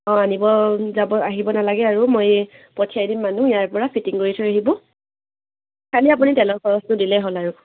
অঁ আনিব যাব আহিব নালাগে আৰু মই পঠিয়াই দিম মানুহ ইয়াৰ পৰা ফিটিং কৰি থৈ আহিব খালী আপুনি তেলৰ খৰচটো দিলেই হ'ল আৰু